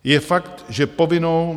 Je fakt, že povinnou...